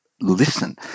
listen